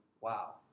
wow